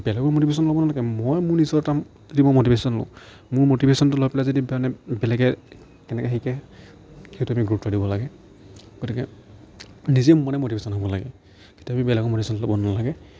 বেলেগৰো মটিভেশ্যন ল'ব নালাগে মই মোৰ নিজৰ টাৰ্ম যদি মই মটিভেশ্যন লওঁ মোৰ মটিভেশ্যনটো লৈ পেলাই যদি মানে বেলেগে কেনেকৈ শিকে সেইটো আমি গুৰুত্ব দিব লাগে গতিকে নিজে মানে মটিভেশ্যন হ'ব লাগে কেতিয়াও আমি বেলেগৰ মটিভেশ্যন ল'ব নালাগে